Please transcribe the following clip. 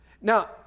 Now